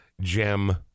gem